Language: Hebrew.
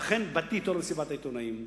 ואכן, באתי אתו למסיבת העיתונאים,